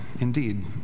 indeed